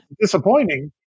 Disappointing